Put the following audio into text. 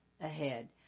ahead